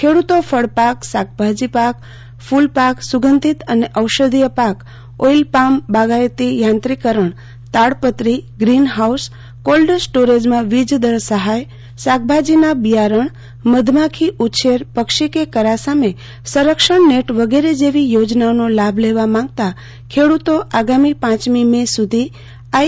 ખેડૂતો ફળપાક શાકભાજી પાક ફુલ પાક સુગંધિત અને ઔષધિય પાક ઓઈલપામ બાગાયતી યાંત્રિકરણ તાડપત્રી શ્રીનહાઉસ કોલ્ડ સ્ટોરેજમાં વીજદર સહાય શાકભાજીનાં બિયારણ મધમાખી ઉછેર પક્ષી કે કરા સામે સંરક્ષણ નેટ વગેરે જેવી યોજનાઓનો લાભ લેવા માંગતા ખેડૂતો આગામી પાંચમી મે સુધી આઈ